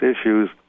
issues